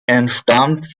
entstammt